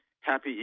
happy